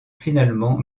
finalement